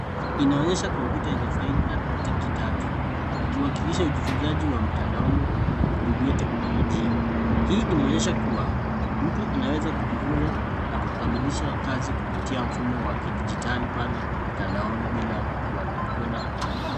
Inaonyesha kompyuta yenye faili na tick tatu ikiwakilisha ujifunzaji wa mtandaoni kwa kutumia teknolojia. Hii inaonyesha kuwa mtu anaweza kujifunza na kukamilisha kazi kupitia mfumo wa kidijitali pale mtandaoni bila kwenda.